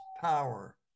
power